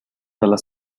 alas